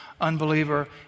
unbeliever